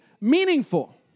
meaningful